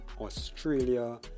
australia